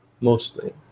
mostly